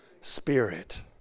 spirit